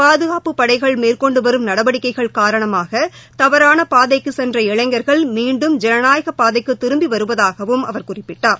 பாதுகாப்புப் படைகள் மேற்கொண்டு வரும் நடவடிக்கைகள் காரணமாக தவறான பாதைக்குச் சென்ற இளைஞா்கள் மீண்டும் ஜனநாயகப் பாதைக்கு திரும்பி வருவதாகவும் அவர் குறிப்பிட்டார்